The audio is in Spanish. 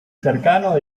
cercano